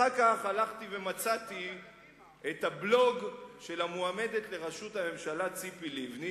אחר כך הלכתי ומצאתי את הבלוג של המועמדת לראשות הממשלה ציפי לבני,